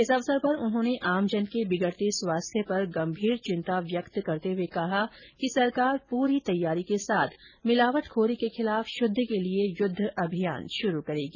इस अवसर पर उन्होंने आमजन के बिगडते स्वास्थ्य पर गंभीर चिंता व्यक्त करते हुए कहा कि सरकार परी तैयारी के साथ मिलावटखोरी के खिलाफ शुद्ध के लिए युद्ध अभियान शुरु करेगी